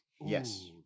Yes